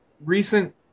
recent